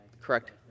Correct